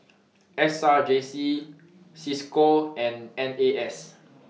S R J C CISCO and N A S